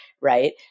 right